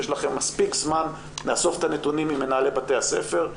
יש לכם מספיק זמן לאסוף את הנתונים ממנהלי בתי הספר.